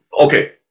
Okay